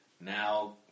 now